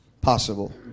possible